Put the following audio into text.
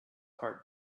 heart